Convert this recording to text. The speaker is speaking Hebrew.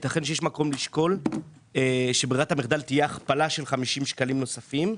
ייתכן שיש מקום לשקול שברירת המחדל תהיה הכפלה ב-50 שקלים נוספים,